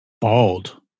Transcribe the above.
bald